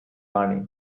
money